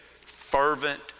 fervent